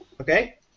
Okay